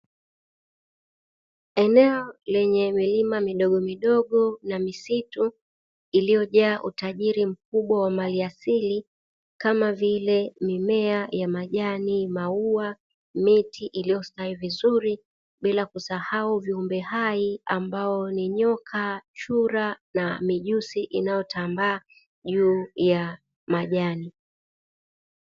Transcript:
Eneo lenye milima midogo midogo na misitu iliyojaa utajiri mkubwa wa maliasili kama vile mimea ya majani, maua, miti iliyostawi vizuri, bila kusahau viumbe hai ambao ni nyoka, chura na mijusi inayotambaa juu ya majani.